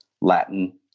Latin